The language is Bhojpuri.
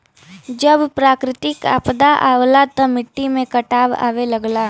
जब प्राकृतिक आपदा आवला त मट्टी में कटाव आवे लगला